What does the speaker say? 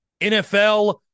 NFL